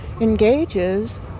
engages